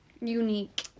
Unique